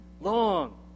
long